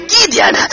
Gideon